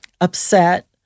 upset